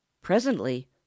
Presently